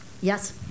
Yes